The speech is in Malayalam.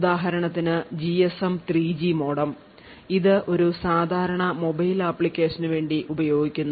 ഉദാഹരണത്തിനു GSM 3G modem ഇത് ഒരു സാധാരണ മൊബൈൽ ആപ്ലിക്കേഷനു വേണ്ടി ഉപയോഗിക്കുന്നു